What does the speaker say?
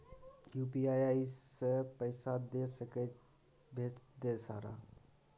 UPI से पैसा दे सके भेज दे सारा?